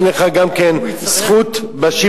אין לך גם זכות בשימוש?